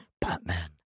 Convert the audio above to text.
Batman